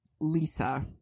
lisa